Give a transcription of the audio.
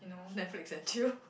netflix and chill